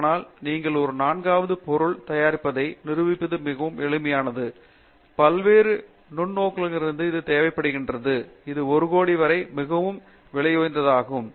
ஆனால் நீங்கள் ஒரு நான்காவது பொருள் தயாரிப்பதை நிரூபிப்பது மிகவும் எளிதானது பல்வேறு நுண்ணோக்கிகளுக்கு இது தேவைப்படுகிறது இது 1 கோடி வரை மிகவும் விலையுயர்ந்ததாகும்